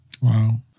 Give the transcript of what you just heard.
Wow